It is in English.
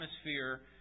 atmosphere